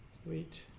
street